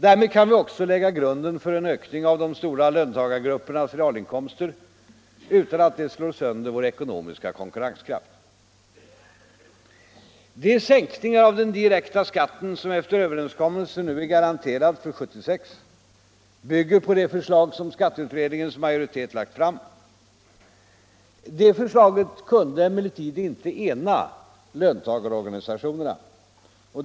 Därmed kan vi också lägga grunden för en ökning av de stora löntagargruppernas realinkomster utan att det slår sönder vår ekonomiska konkurrenskraft. De sänkningar av den direkta skatten som efter överenskommelsen nu är garanterad för 1976 bygger på det förslag som skatteutredningens majoritet lagt fram. Det förslaget kunde emellertid inte ena löntagarorganisationerna.